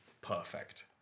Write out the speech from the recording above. perfect